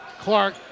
Clark